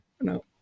no